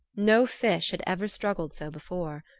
no fish had ever struggled so before.